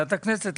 בוועדת הכנסת,